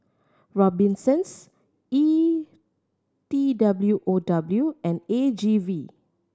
Robinsons E T W O W and A G V